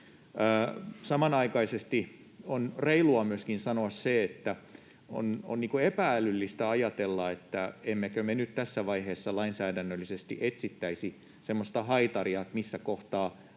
Samanaikaisesti on reilua myöskin sanoa, että on epä-älyllistä ajatella, ettemmekö me nyt tässä vaiheessa lainsäädännöllisesti etsisi semmoista haitaria sille, missä kohtaa